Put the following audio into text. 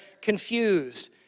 confused